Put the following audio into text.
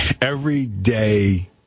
everyday